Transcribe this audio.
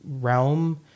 realm